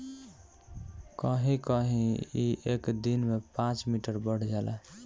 कहीं कहीं ई एक दिन में पाँच मीटर बढ़ जाला